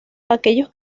aquellos